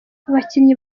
abakinnyi